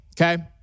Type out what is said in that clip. okay